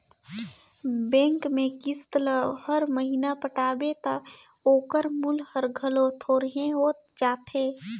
bank में किस्त ल हर महिना पटाबे ता ओकर मूल हर घलो थोरहें होत जाथे